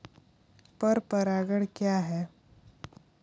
पर परागण क्या है?